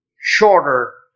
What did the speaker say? shorter